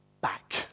back